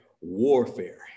warfare